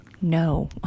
no